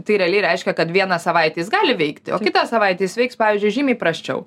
tai realiai reiškia kad vieną savaitę jis gali veikti o kitą savaitę jis veiks pavyzdžiui žymiai prasčiau